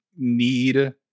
need